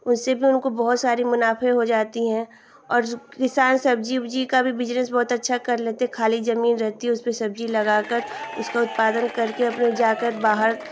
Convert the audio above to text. उससे भी उनको बहुत सारा मुनाफ़ा हो जाता है और किसान सब्ज़ी उब्ज़ी का भी बिज़नेस बहुत अच्छा कर लेते हैं खाली ज़मीन रहती है उसपर सब्ज़ी लगाकर उसका उत्पादन करके अपने जाकर बाहर